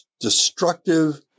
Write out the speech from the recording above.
destructive